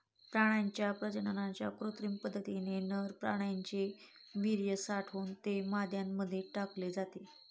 प्राण्यांच्या प्रजननाच्या कृत्रिम पद्धतीने नर प्राण्याचे वीर्य साठवून ते माद्यांमध्ये टाकले जाते